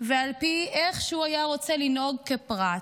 ועל פי איך שהוא היה רוצה לנהוג כפרט.